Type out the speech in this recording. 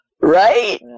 Right